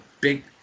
big